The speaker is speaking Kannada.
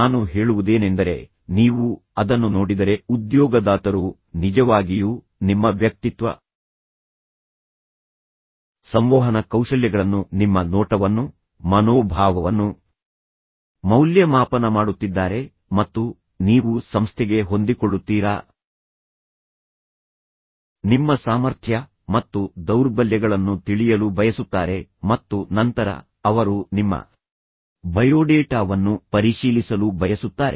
ನಾನು ಹೇಳುವುದೇನೆಂದರೆ ನೀವು ಅದನ್ನು ನೋಡಿದರೆ ಉದ್ಯೋಗದಾತರು ನಿಜವಾಗಿಯೂ ನಿಮ್ಮ ವ್ಯಕ್ತಿತ್ವ ಸಂವಹನ ಕೌಶಲ್ಯಗಳನ್ನು ನಿಮ್ಮ ನೋಟವನ್ನು ಮನೋಭಾವವನ್ನು ಮೌಲ್ಯಮಾಪನ ಮಾಡುತ್ತಿದ್ದಾರೆ ಮತ್ತು ನೀವು ಸಂಸ್ಥೆಗೆ ಹೊಂದಿಕೊಳ್ಳುತ್ತೀರಾ ನಿಮ್ಮ ಸಾಮರ್ಥ್ಯ ಮತ್ತು ದೌರ್ಬಲ್ಯಗಳನ್ನು ತಿಳಿಯಲು ಬಯಸುತ್ತಾರೆ ಮತ್ತು ನಂತರ ಅವರು ನಿಮ್ಮ ಬಯೋಡೇಟಾವನ್ನು ಪರಿಶೀಲಿಸಲು ಬಯಸುತ್ತಾರೆ